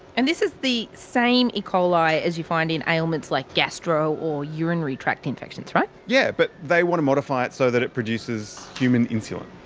and this is the same e-coli as you find in ailments like gastro or urinary tract infections, right? yeah. but they want to modify it so that it produces human insulin.